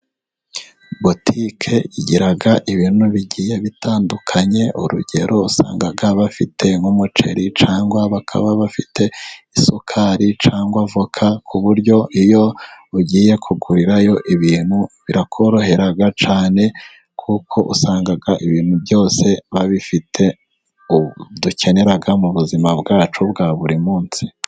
Butike igira ibintu bigiye bitandukanye urugero usanga bafite nk'umuceri, cyangwa bakaba bafite isukari cyangwa voka, ku buryo iyo ugiye kugurirayo ibintu birakorohera cyane, kuko usanga ibintu byose babifite ibyo dukenera mu buzima bwacu bwa buri munsi.